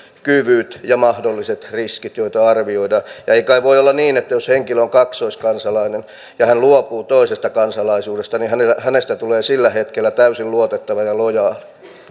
kyvyt ja mahdolliset riskit joita arvioida ja ei kai voi olla niin että jos henkilö on kaksoiskansalainen ja hän luopuu toisesta kansalaisuudesta niin hänestä tulee sillä hetkellä täysin luotettava ja lojaali